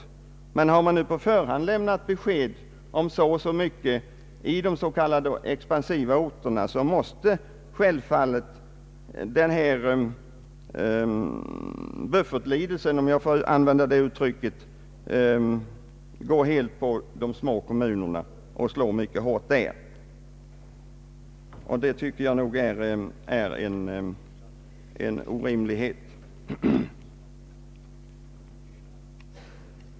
Men har det nu på förhand lämnats ett besked om fördelningen i de expansiva orterna, måste självfallet denna ”buffertlidelse” — om jag får använda det uttrycket — slå mycket hårt i de små kommunerna, och detta tycker jag är en orimlighet.